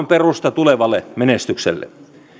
perusta tulevalle menestykselle